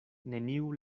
neniu